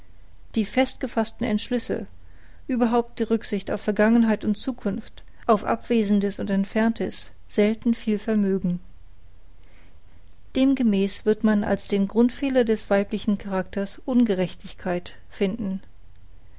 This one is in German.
die festgefaßten entschlüsse überhaupt die rücksicht auf vergangenheit und zukunft auf abwesendes und entferntes selten viel vermögen demgemäß wird man als den grundfehler des weiblichen charakters ungerechtigkeit finden